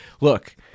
look